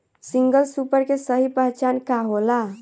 Single super के सही पहचान का होला?